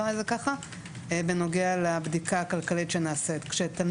בנוגע לבדיקה הכלכלית שנעשית.